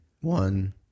one